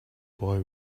boy